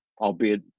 albeit